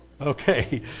Okay